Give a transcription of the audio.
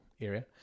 area